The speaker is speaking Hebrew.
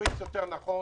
תמריץ יותר נכון